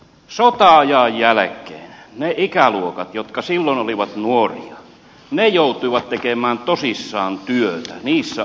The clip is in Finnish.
sota ajan jälkeen ne ikäluokat jotka silloin olivat nuoria joutuivat tekemään tosissaan työtä niissä olosuhteissa